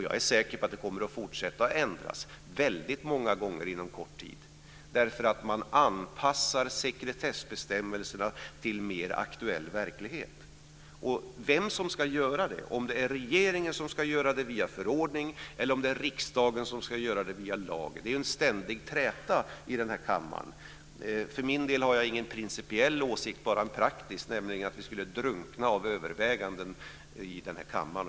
Jag är säker på att den kommer att ändras väldigt många gånger inom kort tid, därför att man anpassar sekretessbestämmelserna till en mer aktuell verklighet. Vem som ska göra det - om det är regeringen som ska göra det via förordning eller om det är riksdagen som ska göra det via lag - är en ständig träta i den här kammaren. För min del har jag ingen principiell åsikt, bara en praktisk, nämligen att vi skulle drunkna av överväganden i den här kammaren.